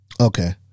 Okay